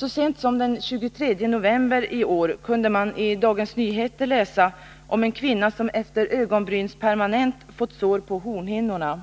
Så sent som den 23 november i år kunde man i Dagens Nyheter läsa om en kvinna som efter ögonbrynspermanent hade fått sår på hornhinnorna.